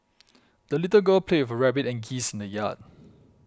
the little girl played with her rabbit and geese in the yard